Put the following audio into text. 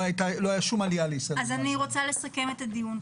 אני רוצה לסכם את הדיון.